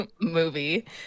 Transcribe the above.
movie